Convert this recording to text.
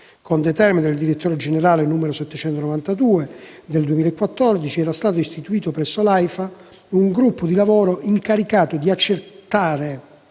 Con determina del direttore generale n. 792 del 24 luglio 2014, era stato istituito presso l'AIFA un gruppo di lavoro incaricato di accertare